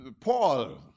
Paul